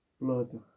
Blood